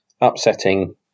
upsetting